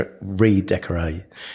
redecorate